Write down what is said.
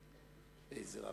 בבקשה.